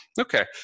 Okay